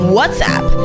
WhatsApp